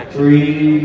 Three